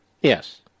Yes